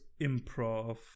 improv